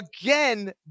again